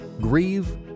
grieve